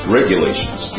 regulations